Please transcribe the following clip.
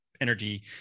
energy